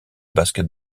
basket